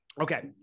okay